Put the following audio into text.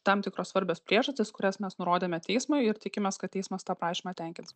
tam tikros svarbios priežastys kurias mes nurodėme teismui ir tikimės kad teismas tą prašymą tenkins